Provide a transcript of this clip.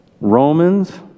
Romans